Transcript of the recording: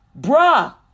Bruh